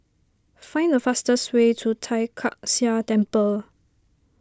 find the fastest way to Tai Kak Seah Temple